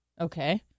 Okay